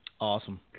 Awesome